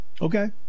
Okay